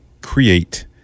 Create